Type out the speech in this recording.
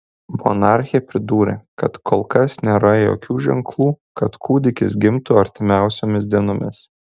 monarchė pridūrė kad kol kas nėra jokių ženklų kad kūdikis gimtų artimiausiomis dienomis